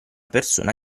persona